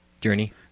Journey